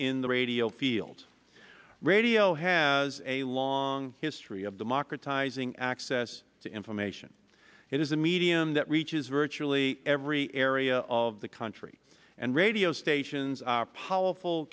in the radio field radio has a long history of democratizing access to information it is a medium that reaches virtually every area of the country and radio stations